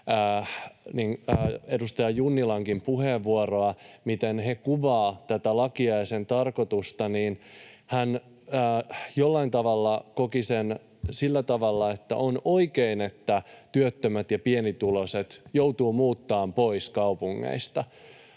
edustaja Junnilankin puheenvuoroa, miten he kuvaavat tätä lakia ja sen tarkoitusta. Hän jollain tavalla koki sen sillä tavalla, että on oikein, että työttömät ja pienituloiset joutuvat muuttamaan pois kaupungeista